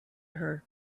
her